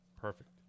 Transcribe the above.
Perfect